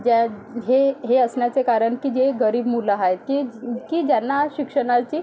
ज्या हे हे असण्याचे कारण की जे गरीब मुलं आहेत की की ज्यांना शिक्षणाची